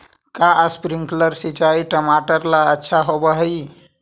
का स्प्रिंकलर सिंचाई टमाटर ला अच्छा होव हई?